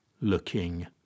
looking